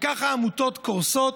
ככה העמותות קורסות.